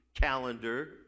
calendar